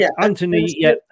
Anthony